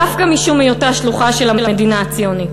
דווקא משום היותה שלוחה של המדינה הציונית.